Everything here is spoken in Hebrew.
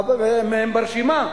והם ברשימה.